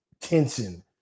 tension